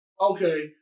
Okay